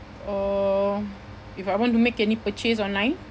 uh if I want to make any purchase online